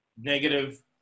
negative